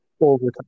overtime